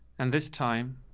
and this time,